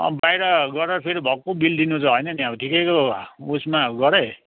बाहिर गरेर फेरि भक्कु बिल दिनु चाहिँ हैन नि फेरि ठिकैको उसमा गर है